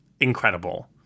incredible